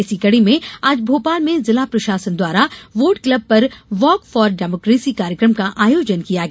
इसी कड़ी में आज भोपाल में जिला प्रशासन द्वारा वोट क्लब पर वॉक फार डेमोकेसी कार्यक्रम का आयोजन किया गया